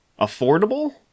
affordable